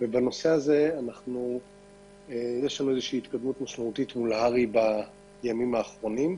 בנושא הזה יש התקדמות מסוימת מול הר"י בימים האחרונים.